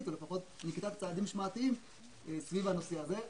או לפחות נקיטת צעדים משמעתיים סביב הנושא הזה.